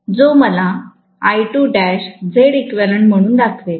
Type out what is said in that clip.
जो मला Zeq म्हणून दाखवेल